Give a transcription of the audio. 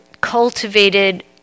cultivated